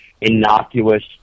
innocuous